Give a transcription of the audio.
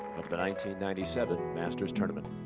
the nineteen ninety-seven masters tournament.